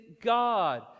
God